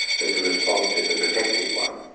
that the response is a protective one.